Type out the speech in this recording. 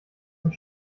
und